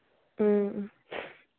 ꯎꯝ ꯎꯝ